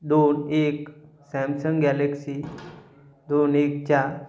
दोन एक Samsung Galaxy दोन एक चार